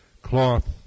cloth